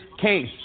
case